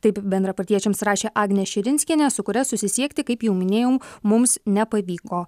taip bendrapartiečiams rašė agnė širinskienė su kuria susisiekti kaip jau minėjau mums nepavyko